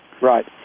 Right